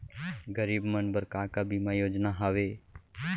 गरीब मन बर का का बीमा योजना हावे?